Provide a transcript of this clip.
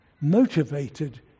motivated